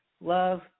love